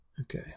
Okay